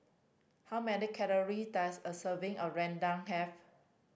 how many calory does a serving a rendang have